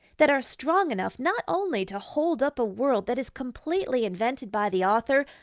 that are strong enough not only to hold up a world that is completely invented by the author,